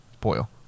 Boil